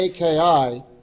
aki